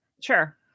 Sure